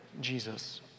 Jesus